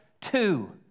two